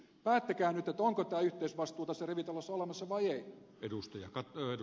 päättäkää nyt onko tämä yhteisvastuu tässä rivitalossa olemassa vai ei